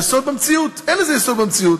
יסוד במציאות" אין לזה יסוד במציאות.